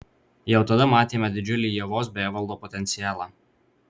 jau tada matėme didžiulį ievos bei evaldo potencialą